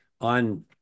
on